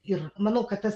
ir manau kad tas